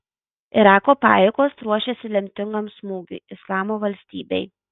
irako pajėgos ruošiasi lemtingam smūgiui islamo valstybei